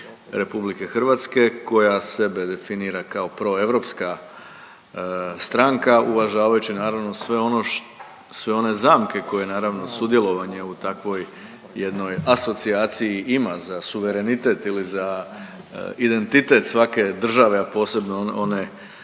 europski put RH koja sebe definira kao proeuropska stranka, uvažavajući naravno sve ono, sve one zamke koje naravno sudjelovanje u takvoj jednoj asocijaciji ima za suverenitet ili za identitet svake države, a posebno one,